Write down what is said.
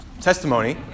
testimony